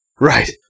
Right